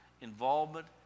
involvement